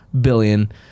billion